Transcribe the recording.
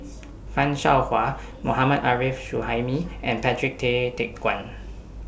fan Shao Hua Mohammad Arif Suhaimi and Patrick Tay Teck Guan